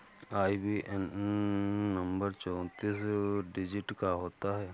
IBAN number चौतीस digit का होता है